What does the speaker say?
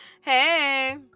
hey